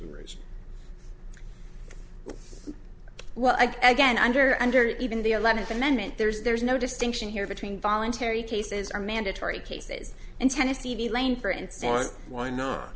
ridge well again i'm or under even the eleventh amendment there's there's no distinction here between voluntary cases are mandatory cases in tennessee v lane for instance why not